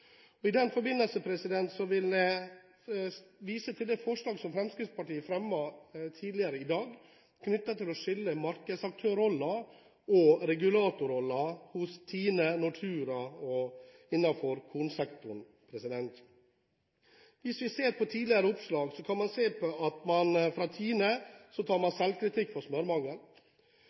I den forbindelse vil jeg vise til det forslaget som Fremskrittspartiet fremmet tidligere i dag, knyttet til å skille markedsaktørrollen og regulatorrollen hos Tine, Nortura og innenfor kornsektoren. Hvis vi ser på tidligere oppslag, kan man se at Tine tar selvkritikk for smørmangelen. Vi ser at norske forbrukere sponser amerikanerne med billig Jarlsbergost – i 2010 eksporterte man